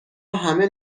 همه